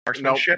No